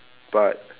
but